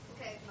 okay